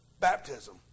baptism